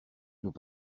nous